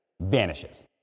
vanishes